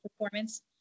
performance